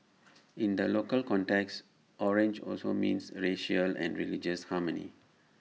in the local context orange also means racial and religious harmony